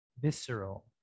visceral